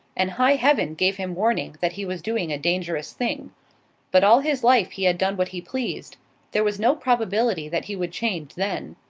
and high heaven gave him warning that he was doing a dangerous thing but all his life he had done what he pleased there was no probability that he would change then.